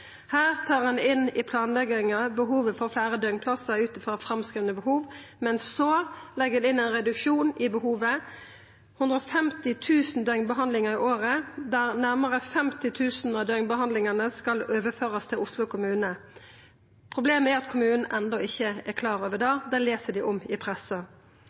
Her tar ein inn i planlegginga behovet for fleire døgnplassar ut frå framskrivne behov, men så legg ein inn ein reduksjon i behovet: 150 000 døgnbehandlingar i året, og nærmare 50 000 av dei skal overførast til Oslo kommune. Problemet er at kommunen enno ikkje er klar over det – det les dei om i